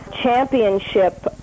championship